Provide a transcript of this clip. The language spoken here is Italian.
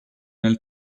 nel